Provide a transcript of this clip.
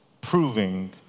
proving